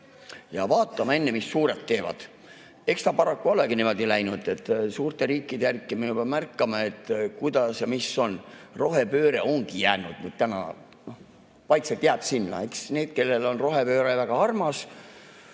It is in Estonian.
vaatame enne, mis suured teevad. Eks ta paraku olegi niimoodi läinud, et suurte riikide järgi me juba märkame, kuidas ja mis on. Rohepööre ongi nüüd jäänud, vaikselt jääb sinna. Need, kellele on rohepööre väga armas,